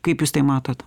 kaip jūs tai matot